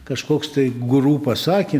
kažkoks tai guru pasakė